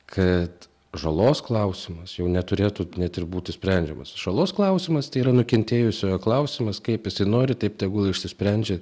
kad žalos klausimas jau neturėtų net ir būti sprendžiamas žalos klausimas tai yra nukentėjusiojo klausimas kaip jisai nori taip tegul išsisprendžia